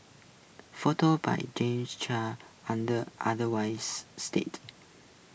photos by Jamie chan unless otherwise stated